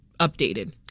updated